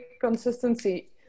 consistency